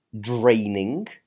draining